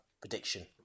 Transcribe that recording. prediction